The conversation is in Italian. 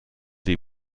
dei